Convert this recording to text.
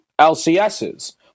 LCSs